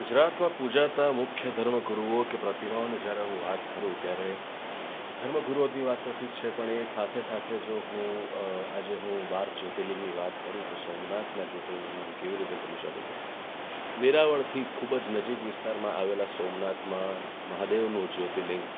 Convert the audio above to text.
ગુજરાતમાં પૂજાતા મુખ્ય ધર્મ ગુરુઓ કે પ્રતિમાઓની જ્યારે હું વાત કરું ત્યારે ધર્મ ગુરુઓની વાત તો ઠીક છે પણ એ સાથે સાથે જો હું આજે હું બાર જ્યોતિર્લિંગની વાત કરું તો સોમનાથનાં જ્યોતિર્લિંગને હું કેવી રીતે ભૂલી શકું છું વેરાવળથી ખૂબ જ નજીક વિસ્તારમાં આવેલાં સોમનાથમાં મહાદેવનું જ્યોર્તિલિંગ